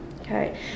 okay